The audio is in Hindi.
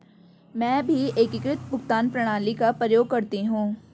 मैं भी एकीकृत भुगतान प्रणाली का प्रयोग करती हूं